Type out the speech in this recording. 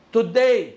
Today